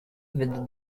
with